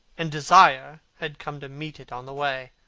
and desire had come to meet it on the way.